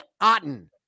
Otten